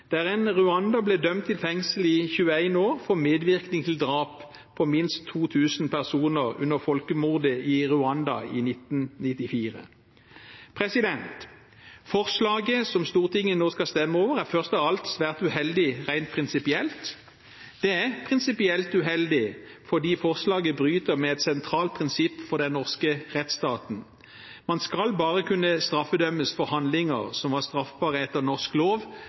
der en rwander ble dømt til fengsel i 21 år for medvirkning til drap på minst 2 000 personer under folkemordet i Rwanda i 1994. Forslaget som Stortinget nå skal stemme over, er først av alt svært uheldig rent prinsipielt. Det er prinsipielt uheldig fordi forslaget bryter med et sentralt prinsipp for den norske rettsstaten. Man skal bare kunne straffedømmes for handlinger som var straffbare etter norsk lov